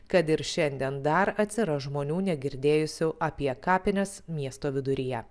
kad ir šiandien dar atsiras žmonių negirdėjusių apie kapines miesto viduryje